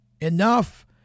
enough